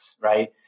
right